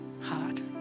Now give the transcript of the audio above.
heart